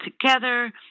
together